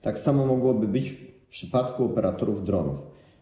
Tak samo mogłoby być w przypadku operatorów dronów.